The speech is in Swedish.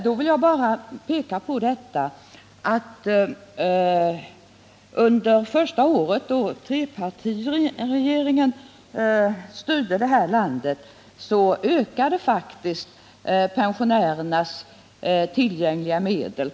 Jag vill då bara peka på att pensionärernas tillgängliga medel faktiskt ökade under det första av de år som trepartiregeringen styrde detta land.